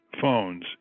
phones